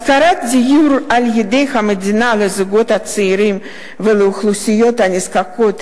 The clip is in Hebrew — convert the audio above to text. השכרת דירות על-ידי המדינה לזוגות צעירים ולאוכלוסיות נזקקות,